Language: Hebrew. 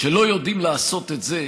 כשלא יודעים לעשות את זה,